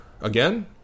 again